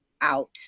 out